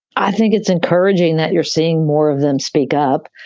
i think it's encouraging that you're seeing more of them speak up.